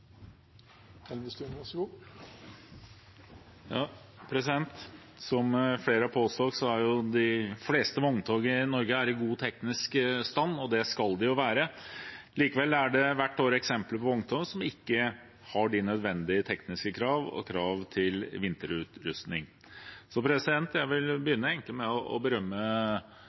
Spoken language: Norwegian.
de fleste vogntog i Norge i god teknisk stand, og det skal de være. Likevel er det hvert år eksempler på vogntog som ikke oppfyller de nødvendige tekniske krav og krav til vinterutrustning. Jeg vil begynne med å berømme Fremskrittspartiet som forslagsstiller, som gjennom mange år har hatt et engasjement for å